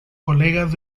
colegas